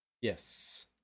Yes